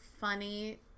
funny